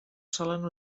solen